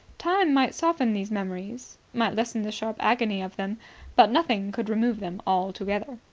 time might soften these memories, might lessen the sharp agony of them but nothing could remove them altogether.